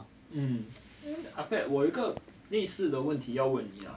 um ah fat 我有一个类似的问题要问你啦